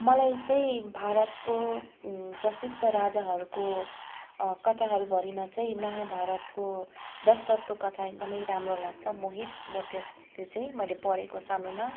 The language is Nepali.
मलाई चहिँ भारतको प्रसिद्ध राजाहरूको कथाहरूभरिमा चाहिँ महाभारतको दशरथको कथा एकदमै राम्रो लाग्छ मोहित म त्यो त्यो चाहिँ मैले पढेको सानोमा